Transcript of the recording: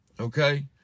Okay